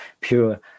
pure